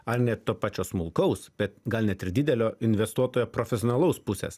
ar ne to pačio smulkaus bet gal net ir didelio investuotojo profesionalaus pusės